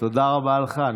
תודה רבה לך.